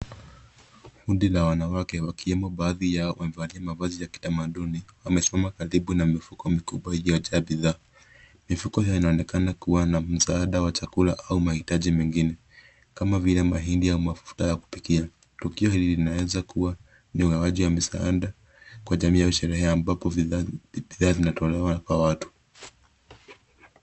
Kundi la wanawake wakiemo baadhi yao wamevalia mavazi kitamaduni wasimama karibu na mifugo mikubwa iliojaa bidhaa. Mifugo yanaonekana kuwa na msaada wa chakula au mahitaji mengine kama vile mahindi ya mafuta ya kupikia. Tukio hili linaweza kuwa utoaji wa msaada kwa jamii au Sherehe kwa sababu bidhaa zinatolewa kwa watu.